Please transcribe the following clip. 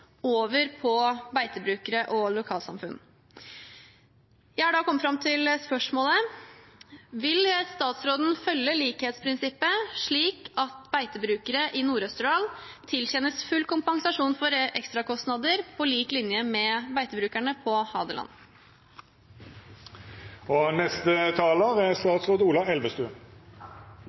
over på beitebrukere og lokalsamfunn. Jeg har da kommet fram til spørsmålet: Vil statsråden følge likhetsprinsippet, slik at beitebrukere i Nord-Østerdal tilkjennes full kompensasjon for ekstrakostnader på lik linje med beitebrukerne på Hadeland? Ulv gjør skade på husdyr og